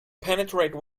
penetrate